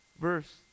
verse